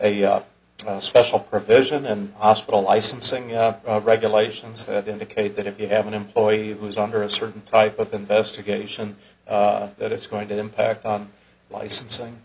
a special provision in ospital licensing regulations that indicate that if you have an employee who is under a certain type of investigation that it's going to impact on licensing